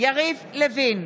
יריב לוין,